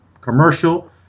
commercial